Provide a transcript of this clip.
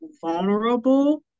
vulnerable